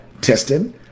testing